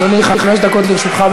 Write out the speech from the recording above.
אדוני, חמש דקות לרשותך.